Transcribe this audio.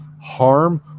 harm